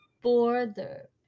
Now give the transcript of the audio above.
border